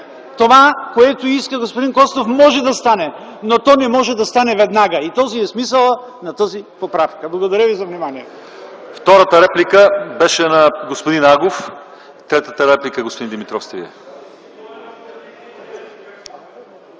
Това, което иска господин Костов, може да стане, но не може да стане веднага. Такъв е смисълът на тази поправка. Благодаря Ви за вниманието.